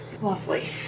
Lovely